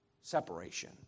Separation